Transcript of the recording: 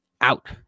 out